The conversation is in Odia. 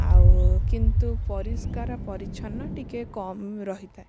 ଆଉ କିନ୍ତୁ ପରିସ୍କାର ପରିଚ୍ଛନ ଟିକେ କମ ରହିଥାଏ